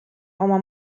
oma